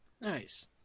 Nice